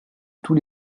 tous